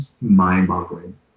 mind-boggling